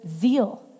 zeal